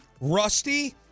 Rusty